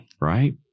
Right